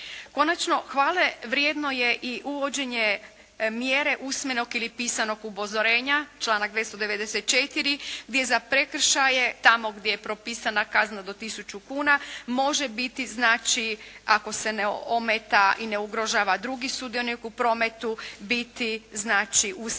Konačno hvale vrijedno je i uvođenje mjere usmenog ili pisanog upozorenja, članak 294. gdje za prekršaje tamo gdje je propisana kazna do tisuću kuna može biti znači ako se ne ometa i ne ugrožava drugi sudionik u prometu biti znači usmeno